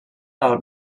del